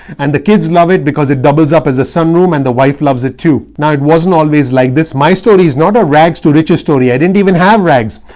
and the kids love it because it doubles up as a sun room and the wife loves it too. now, it wasn't always like this. my story is not a rags to riches story. i didn't even have rags.